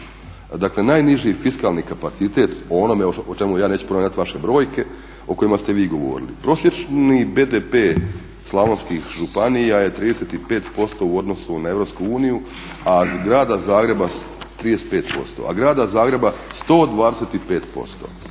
dakle najniži fiskalni kapacitet o onome o čemu ja neću spominjati vaše brojke o kojima ste vi govorili. Prosječni BDP slavonskih županija je 35% u odnosu na EU, a grada Zagreba 125%.